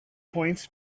points